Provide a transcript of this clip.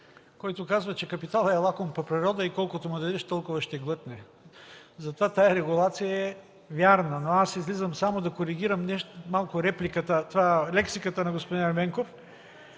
който казва, че капиталът е лаком по природа и колкото му дадеш, толкова ще глътне, затова тази регулация е вярна, но аз излизам само да коригирам малко лексиката на господин Ерменков.